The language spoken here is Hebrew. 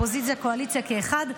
אופוזיציה וקואליציה כאחד,